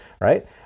right